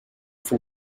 from